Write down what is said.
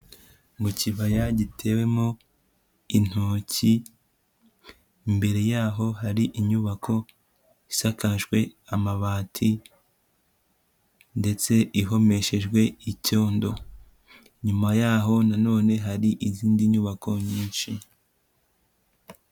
Mu kibaya gitewemo intoki, imbere yaho hari inyubako isakajwe amabati ndetse ihomeshejwe icyondo. Inyuma yaho nanone hari izindi nyubako nyinshi.